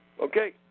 Okay